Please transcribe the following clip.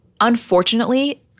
unfortunately